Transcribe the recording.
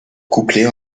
couplée